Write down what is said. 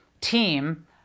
team